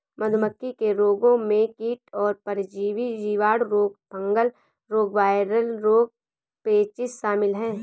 मधुमक्खी के रोगों में कीट और परजीवी, जीवाणु रोग, फंगल रोग, वायरल रोग, पेचिश शामिल है